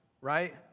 right